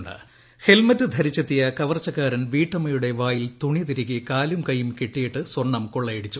ടട കവർച്ച ഹെൽമറ്റ് ധരിച്ചെത്തിയ കവർച്ചക്കാരൻ വീട്ടമ്മയുടെ വായിൽ തുണിതിരുകി കാലും കയ്യും കെട്ടിയിട്ട് സ്വർണ്ണം കൊള്ളയടിച്ചു